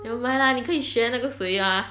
never mind lah 你可以学那个谁 mah